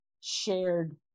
shared